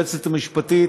היועצת המשפטית